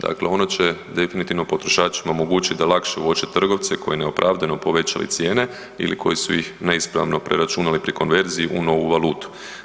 Dakle ono će definitivno potrošačima omogućit da lakše uoče trgovce koji neopravdano povećaju cijene ili koji su ih neispravno preračunali pri konverziji u novu valutu.